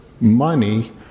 money